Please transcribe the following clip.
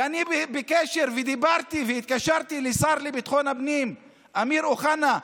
ואני התקשרתי לשר לביטחון הפנים אמיר אוחנה,